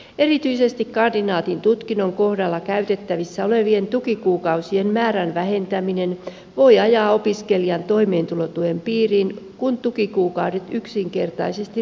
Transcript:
erityisesti kandidaatin tutkinnon kohdalla käytettävissä olevien tukikuukausien määrän vähentäminen voi ajaa opiskelijan toimeentulotuen piiriin kun tukikuukaudet yksinkertaisesti loppuvat kesken